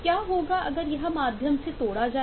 क्या होगा अगर यह माध्यम से तोड़ा जाएगा